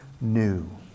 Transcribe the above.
new